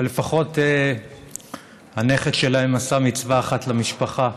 אבל לפחות הנכד שלהם עשה מצווה אחת למשפחה,